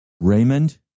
Raymond